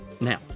Now